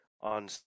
on